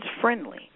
friendly